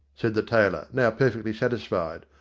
said the tailor, now perfectly satisfied,